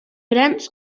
grans